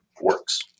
works